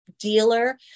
dealer